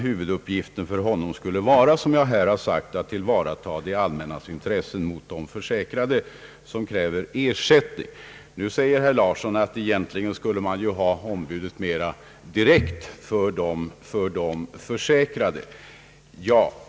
Huvuduppgiften för honom skulle i stället vara att tillvarata det allmännas intressen mot de försäkrade som kräver ersättning. Herr Larsson säger att ombudet egentligen skulle verka mera direkt för de försäkrade.